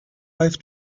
wave